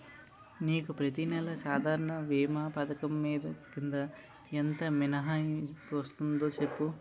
నీకు ప్రతి నెల సాధారణ భీమా పధకం కింద ఎంత మినహాయిస్తన్నారో సెప్పు